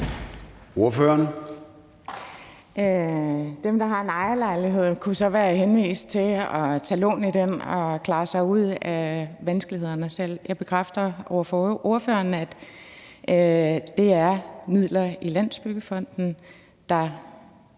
Dem, der har en ejerlejlighed, kunne så være henvist til at tage lån i den og klare sig ud af vanskelighederne selv. Jeg vil bekræfte over for ordføreren, at det er midler i Landsbyggefonden, der